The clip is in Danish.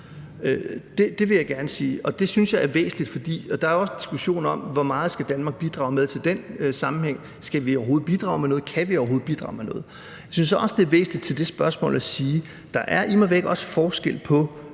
Det vil jeg gerne sige, og det synes jeg er væsentligt. Der er jo også en diskussion om, hvor meget Danmark skal bidrage med i den sammenhæng. Skal vi overhovedet bidrage med noget, og kan vi overhovedet bidrage med noget? Jeg synes også, det er væsentligt til det spørgsmål at sige, at der immer væk også er forskel på